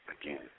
again